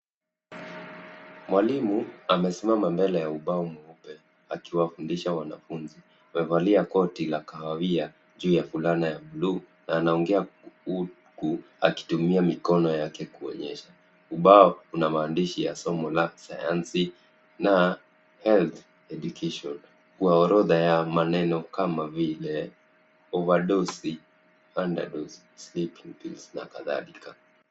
Mwalimu amesimama mbele ya ubao mweupe akiwafundisha wanafunzi. Amevalia koti la kahawia juu ya fulana ya buluu na anaongea huku akitumia mikono yake kuonyesha. Ubao una maandishi ya somo la sayansi na Health Education kwa orodha ya maneno kama vile overdose, underdose, sleeping pills na kadhalika.